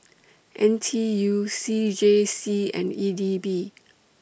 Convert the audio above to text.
N T U C J C and E D B